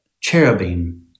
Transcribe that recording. cherubim